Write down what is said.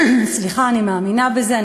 אני מאמינה בזה,